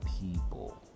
people